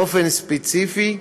באופן ספציפי,